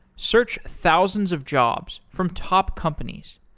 search thousands of jobs from top companies.